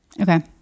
okay